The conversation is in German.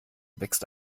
wächst